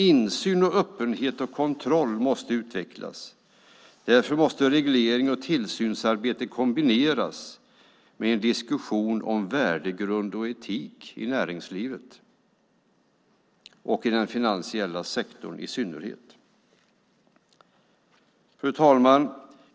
Insyn, öppenhet och kontroll måste utvecklas. Därför måste reglering och tillsynsarbete kombineras med en diskussion om värdegrund och etik i näringslivet och i den finansiella sektorn i synnerhet. Fru talman!